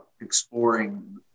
exploring